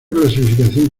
clasificación